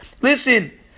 Listen